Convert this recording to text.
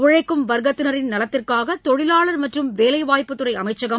உறைக்கும் வர்க்கத்தினரின் நலத்திற்காக தொழிலாளர் மற்றும் வேலை வாய்ப்புத்துறை அமைச்சகம்